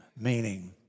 meaning